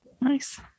Nice